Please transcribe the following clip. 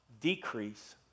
decrease